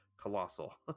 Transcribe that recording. colossal